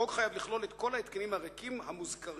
החוק חייב לכלול את כל ההתקנים הריקים המוזכרים,